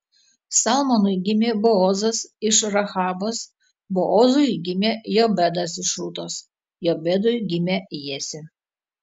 salmonui gimė boozas iš rahabos boozui gimė jobedas iš rūtos jobedui gimė jesė